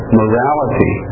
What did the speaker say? morality